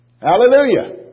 Hallelujah